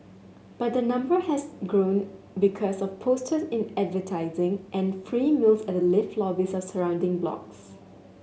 but the number has grown because of poster in advertising and free meals at the lift lobbies of surrounding blocks